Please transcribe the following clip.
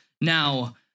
Now